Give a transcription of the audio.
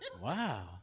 Wow